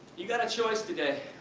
you got a choice today,